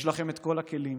יש לכם כל הכלים,